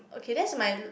okay that's my